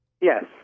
Yes